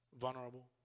vulnerable